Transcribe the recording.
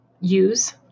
use